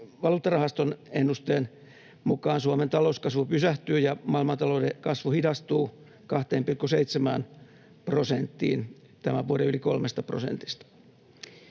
valuuttarahaston ennusteen mukaan Suomen talouskasvu pysähtyy ja maailmantalouden kasvu hidastuu 2,7 prosenttiin tämän vuoden yli 3 prosentista.